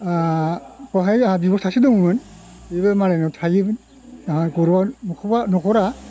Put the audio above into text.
बहाय आहा बिब' सासे दङमोन बेबो मालायनाव थायोमोन आहा गरर मखबा नखरा